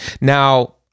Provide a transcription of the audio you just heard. Now